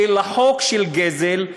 אלא חוק של גזל,